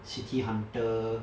city hunter